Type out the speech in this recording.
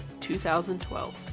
2012